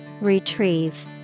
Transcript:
Retrieve